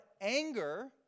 anger